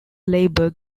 labour